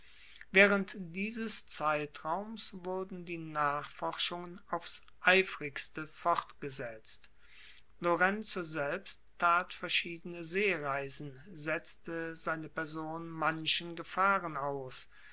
während dieses zeitraums wurden die nachforschungen aufs eifrigste fortgesetzt lorenzo selbst tat verschiedene seereisen setzte seine person manchen gefahren aus